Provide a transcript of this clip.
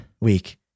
week